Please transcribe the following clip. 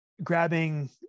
grabbing